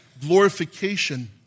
glorification